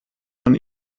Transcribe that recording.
man